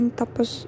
tapos